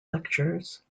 lectures